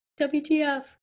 wtf